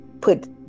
put